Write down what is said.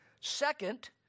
Second